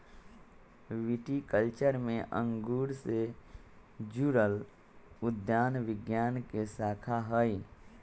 viticulture में अंगूर से जुड़ल उद्यान विज्ञान के शाखा हई